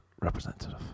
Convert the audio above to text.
representative